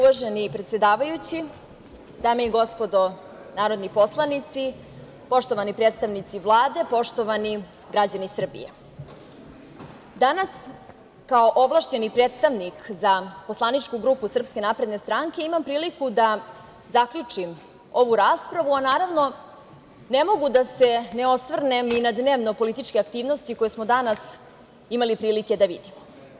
Uvaženi predsedavajući, dame i gospodo narodni poslanici, poštovani predstavnici Vlade, poštovani građani Srbije, danas kao ovlašćeni predstavnik za poslaničku grupu SNS imam priliku da zaključim ovu raspravu, a naravno, ne mogu da se ne osvrnem i na dnevno-političke aktivnosti koje smo danas imali prilike da vidimo.